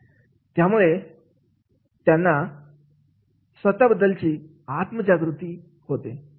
आहे यामुळे त्या यांना स्वतःबद्दलची आत्म जागृती होते